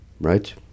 right